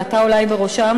ואתה אולי בראשם,